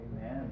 Amen